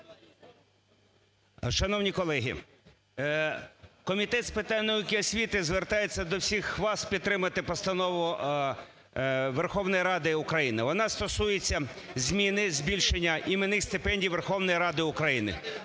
Шановні колеги, Комітет з питань науки і освіти звертається до всіх вас підтримати Постанову Верховної Ради України, вона стосується зміни, збільшення іменних стипендій Верховної Ради України.